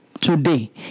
today